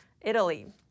Italy